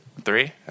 Three